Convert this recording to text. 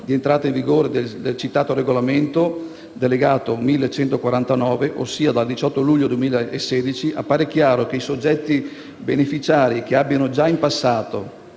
di entrata in vigore del citato regolamento delegato n. 1149, ossia dal 18 luglio 2016, appare chiaro che i soggetti beneficiari che abbiano già in passato